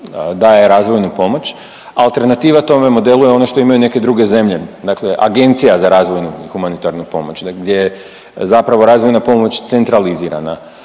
daje razvojnu pomoć. Alternativa tome modelu je ono što imaju neke druge zemlje, dakle Agencija za razvojnu i humanitarnu pomoći gdje je zapravo razvojna pomoć centralizirana.